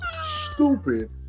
stupid